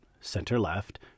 center-left